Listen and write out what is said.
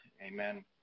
amen